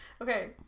Okay